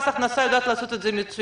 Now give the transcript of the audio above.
מס הכנסה יודע לעשות את זה מצוין.